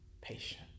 patient